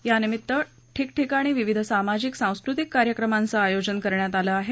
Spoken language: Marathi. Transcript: यानिमित्त ठिकठिकाणी विविध सामाजिक सांस्कृतिक कार्यक्रमांचं आयोजन करण्यात आलं आहे